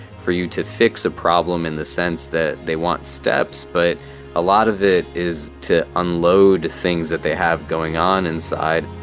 for you to fix a problem in the sense that they want steps, but a lot of it is to unload things that they have going on inside